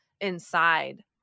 inside